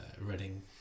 Reading